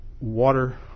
water